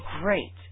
great